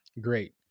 great